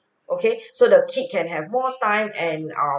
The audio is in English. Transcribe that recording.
okay so the kid can have more time and um